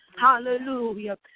Hallelujah